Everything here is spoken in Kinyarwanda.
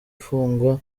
ifungwa